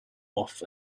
off